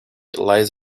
lies